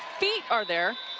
feet are there,